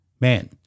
man